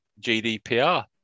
GDPR